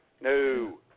No